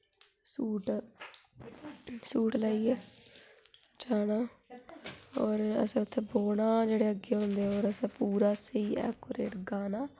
suit सूॅट लाइयै जाना और असें उत्थै बौह्ने जेह्ड़े अग्गै होंदे और असें पूरा स्हेई ऐकोरेट गाना